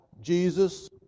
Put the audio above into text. Jesus